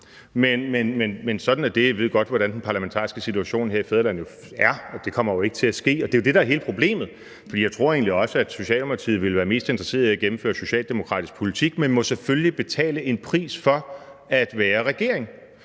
Men sådan er det, og jeg ved godt, hvordan den parlamentariske situation her i fædrelandet er, og det kommer jo ikke til at ske. O det er jo det, der er hele problemet. For jeg tror egentlig også, at Socialdemokratiet vil være mest interesseret i at gennemføre socialdemokratisk politik, men de må selvfølgelige betale en pris for at være regering.